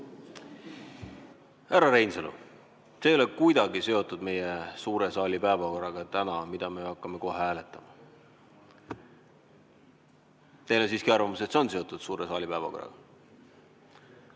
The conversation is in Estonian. Härra Reinsalu, see ei ole kuidagi seotud meie tänase suure saali päevakorraga, mida me hakkame kohe hääletama. Teil on siiski arvamus, et see on seotud suure saali päevakorraga?